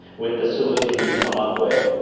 with the solution you've come up with.